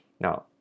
Now